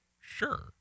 sure